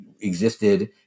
existed